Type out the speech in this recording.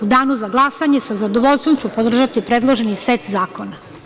U danu za glasanje sa zadovoljstvom ću podržati predloženi set zakona.